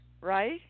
right